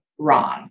wrong